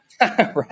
Right